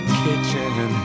kitchen